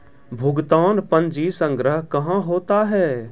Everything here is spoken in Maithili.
भुगतान पंजी संग्रह कहां होता हैं?